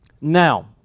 Now